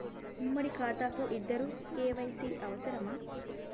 ఉమ్మడి ఖాతా కు ఇద్దరు కే.వై.సీ అవసరమా?